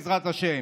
בעזרת השם,